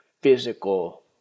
physical